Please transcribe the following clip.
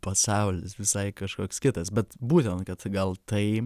pasaulis visai kažkoks kitas bet būtent kad gal tai